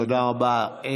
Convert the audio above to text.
תודה רבה.